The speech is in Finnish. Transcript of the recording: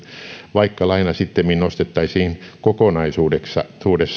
vaikka laina sittemmin nostettaisiin kokonaisuudessaan